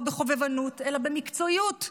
לא בחובבנות אלא במקצועיות,